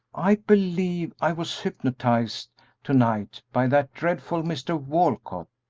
i believe i was hypnotized to-night by that dreadful mr. walcott.